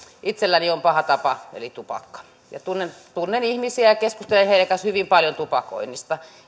itselläni on paha tapa eli tupakka ja tunnen tunnen ihmisiä ja keskustelen heidän kanssaan hyvin paljon tupakoinnista